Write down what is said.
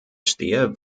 stehe